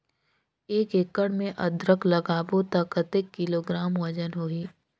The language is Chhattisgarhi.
एक एकड़ मे अदरक लगाबो त कतेक किलोग्राम वजन होही?